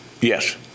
Yes